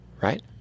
right